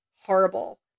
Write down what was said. horrible